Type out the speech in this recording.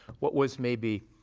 what was maybe,